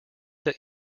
that